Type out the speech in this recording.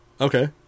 okay